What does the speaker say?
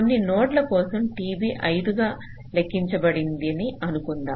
కొన్ని నోడ్ ల కోసం TB 5 గా లెక్కించబడిందని అనుకుందాం